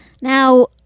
Now